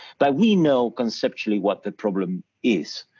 but we know conceptually what the problem is,